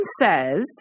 says